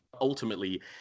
ultimately